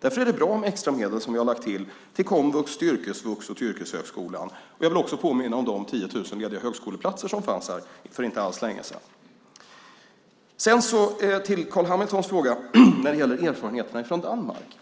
Därför är det bra med extra medel som vi har lagt till komvux, yrkesvux och yrkeshögskolan. Jag vill också påminna om de 10 000 lediga högskoleplatser som fanns här för inte alls länge sedan. När det gäller Carl B Hamiltons fråga om erfarenheterna från Danmark